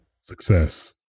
success